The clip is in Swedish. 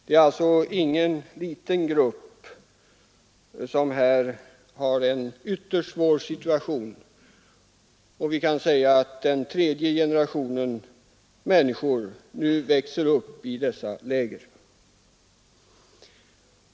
Det är alltså ingen liten grupp som befinner sig i en ytterst svår situation. Den tredje generationen människor växer nu upp i dessa läger.